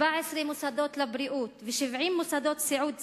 14 מוסדות בריאות ו-70 מוסדות סיעוד ציבוריים,